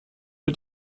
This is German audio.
mit